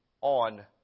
on